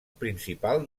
principal